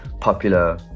popular